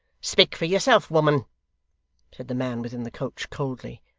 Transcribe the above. speak for yourself, woman said the man within the coach, coldly.